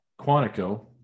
Quantico